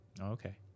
Okay